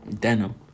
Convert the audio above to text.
Denim